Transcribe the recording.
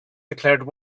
declared